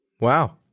Wow